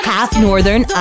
half-Northern